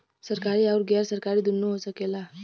सरकारी आउर गैर सरकारी दुन्नो हो सकेला